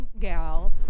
gal